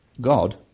God